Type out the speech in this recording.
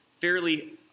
fairly